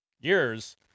years